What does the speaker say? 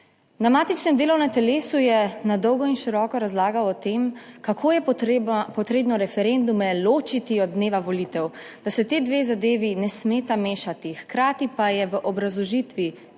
na matičnem delovnem telesu je na dolgo in široko razlagal o tem, kako je potrebno referendume ločiti od dneva volitev, da se ti dve zadevi ne smeta mešati, hkrati pa je v obrazložitvi